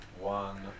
one